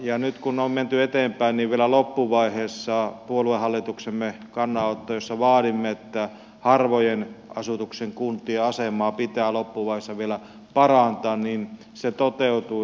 nyt kun on menty eteenpäin niin vielä loppuvaiheessa se mitä puoluehallituksemme kannanotossa vaadimme että harvan asutuksen kuntien asemaa pitää loppuvaiheessa vielä parantaa toteutuu